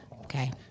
okay